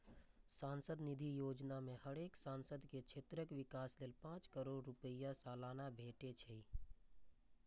सांसद निधि योजना मे हरेक सांसद के क्षेत्रक विकास लेल पांच करोड़ रुपैया सलाना भेटे छै